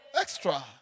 Extra